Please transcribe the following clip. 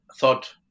thought